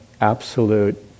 absolute